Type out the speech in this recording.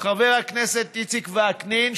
חבר הכנסת איציק וקנין,